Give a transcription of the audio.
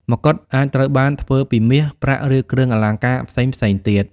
មកុដ អាចត្រូវបានធ្វើពីមាស ប្រាក់ ឬគ្រឿងអលង្ការផ្សេងៗទៀត។